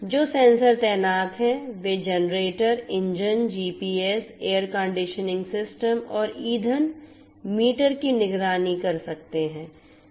जो सेंसर तैनात हैं वे generator engine GPS air conditioning system और ईंधन मीटर की निगरानी कर सकते हैं